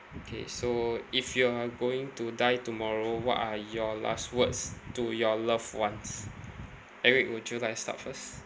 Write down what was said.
K so if you are going to die tomorrow what are your last words to your loved ones eric would you like to start first